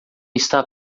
está